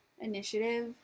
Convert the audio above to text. initiative